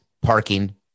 parking